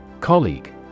Colleague